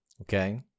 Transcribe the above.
okay